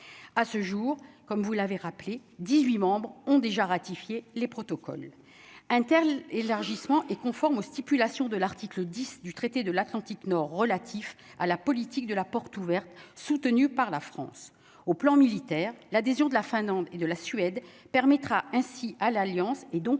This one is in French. à ce jour, comme vous l'avez rappelé 18 membres ont déjà ratifié les protocoles inter-l'élargissement est conforme aux stipulations de l'article 10 du traité de l'Atlantique nord relatifs à la politique de la porte ouverte soutenue par la France au plan militaire, l'adhésion de la Finlande et de la Suède permettra ainsi à l'Alliance et donc